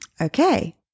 Okay